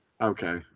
Okay